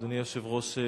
אדוני היושב-ראש,